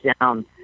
down